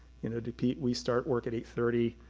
you know we start work at eight thirty,